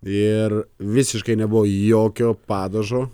ir visiškai nebuvo jokio padažo